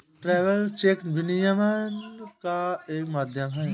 travellers cheque विनिमय का एक माध्यम है